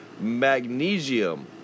magnesium